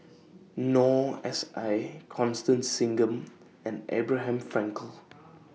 Noor S I Constance Singam and Abraham Frankel